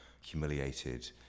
humiliated